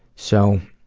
so,